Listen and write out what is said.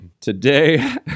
today